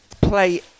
play